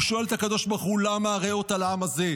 הוא שואל את הקדוש ברוך הוא: "למה הֲרֵעֹתה לעם הזה?".